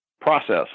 process